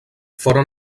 foren